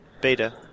Beta